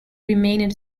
remained